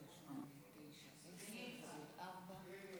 היבה יזבק, בעד.